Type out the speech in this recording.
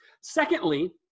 Secondly